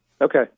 Okay